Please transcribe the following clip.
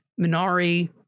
Minari